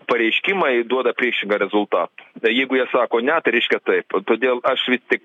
pareiškimai duoda priešingą rezultatą tai jeigu jie sako ne tai reiškia taip todėl aš vis tik